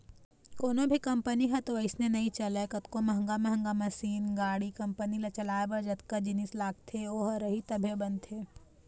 कोनो भी कंपनी ह तो अइसने नइ चलय कतको महंगा महंगा मसीन, गाड़ी, कंपनी ल चलाए बर जतका जिनिस लगथे ओ ह रही तभे बनथे